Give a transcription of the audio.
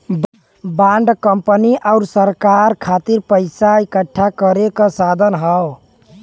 bond company आउर सरकार खातिर पइसा इकठ्ठा करे क साधन हौ